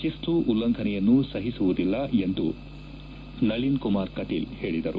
ಶಿಸ್ತು ಉಲ್ಲಂಘನೆಯನ್ನು ಸಹಿಸುವುದಿಲ್ಲ ಎಂದು ನಳಿನ್ ಕುಮಾರ್ ಕಟೀಲ್ ಹೇಳಿದರು